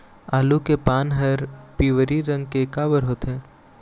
आलू के पान हर पिवरी रंग के काबर होथे?